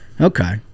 Okay